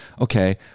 okay